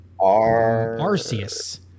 Arceus